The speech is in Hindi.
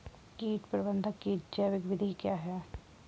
कीट प्रबंधक की जैविक विधि क्या है?